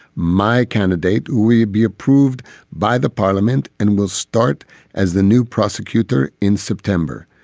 my candidate will be approved by the parliament and will start as the new prosecutor in september.